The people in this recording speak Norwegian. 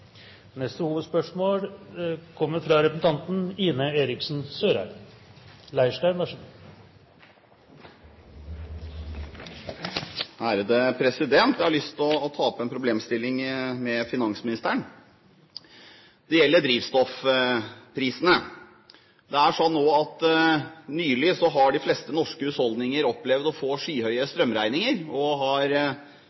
Jeg har lyst til å ta opp en problemstilling med finansministeren. Det gjelder drivstoffprisene. Nylig har de fleste norske husholdninger opplevd å få skyhøye